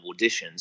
auditions